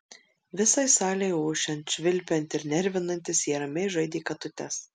visai salei ošiant švilpiant ir nervinantis jie ramiai žaidė katutes